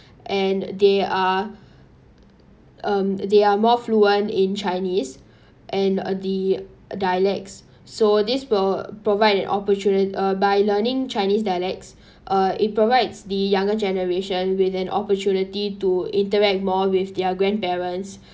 and they are um they are more fluent in chinese and uh the dialects so this will provide an opportuni~ uh by learning chinese dialects uh it provides the younger generation with an opportunity to interact more with their grandparents